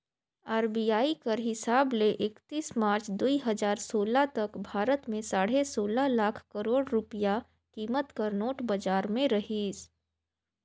RBI कर हिसाब ले एकतीस मार्च दुई हजार सोला तक भारत में साढ़े सोला लाख करोड़ रूपिया कीमत कर नोट बजार में रहिस